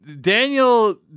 Daniel